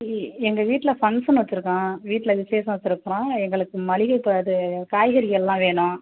இ எங்கள் வீட்டில் ஃபங்ஷன் வச்சுருக்கோம் வீட்டில் விசேஷம் வச்சுருக்குறோம் எங்களுக்கு மளிகை க இது காய்கறிகளெலாம் வேணும்